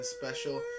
special